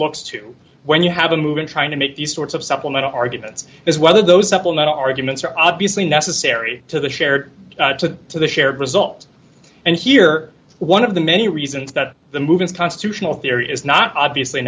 looks to when you have a movement trying to make these sorts of supplemental arguments is whether those supplemental arguments are obviously necessary to the shared to the shared result and here one of the many reasons that the move is constitutional theory is not obviously